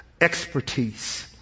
expertise